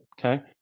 okay